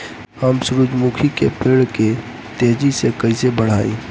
हम सुरुजमुखी के पेड़ के तेजी से कईसे बढ़ाई?